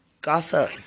Gossip